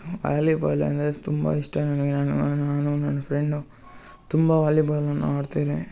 volleyball ಅಂದರೆ ತುಂಬ ಇಷ್ಟ ನನಗೆ ನಾನು ನಾನೂ ನನ್ನ ಫ್ರೆಂಡು ತುಂಬ ವಾಲಿಬಾಲನ್ನು ಆಡ್ತೇನೆ